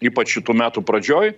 ypač šitų metų pradžioj